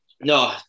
no